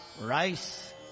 rice